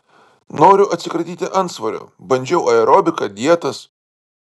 noriu atsikratyti antsvorio bandžiau aerobiką dietas